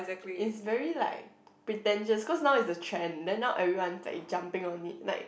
it's very like pretentious cause now is the trend then now everyone like is jumping on it like